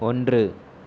ஒன்று